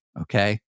okay